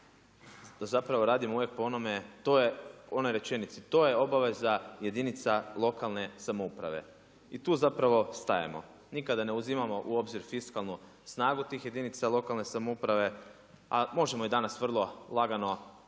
da se radi po onome to je u onoj rečenici, to je obaveza jedinica lokalne samouprave i tu zapravo stajemo. Nikada ne uzimamo u obzir fiskalnu snagu tih jedinica lokalne samouprave, a možemo danas vrlo lagano vidjeti